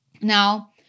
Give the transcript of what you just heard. Now